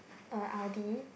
a Audi